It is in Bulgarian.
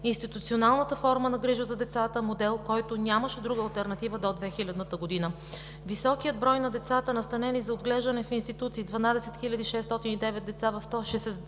институционалната форма на грижа за децата – модел, който нямаше друга алтернатива до 2000 г. Високият брой на децата, настанени за отглеждане в институции – 12 хиляди 609 деца в 165